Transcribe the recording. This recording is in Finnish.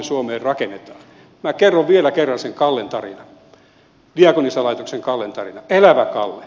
minä kerron vielä sen kallen tarinan diakonissalaitoksen kallen tarinan elävä kalle